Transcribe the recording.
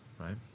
Right